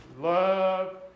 love